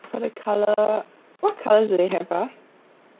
for the colour what colours do you have ah